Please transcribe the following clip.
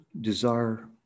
desire